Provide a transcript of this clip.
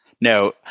No